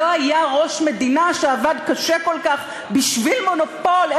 לא היה ראש מדינה שעבד קשה כל כך בשביל מונופול.